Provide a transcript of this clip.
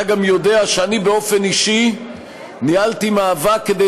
אתה גם יודע שאני באופן אישי ניהלתי מאבק כדי